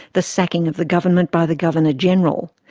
the sacking of the government by the governor-general.